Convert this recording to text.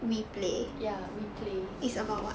ya we play